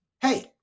Hey